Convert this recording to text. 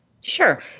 Sure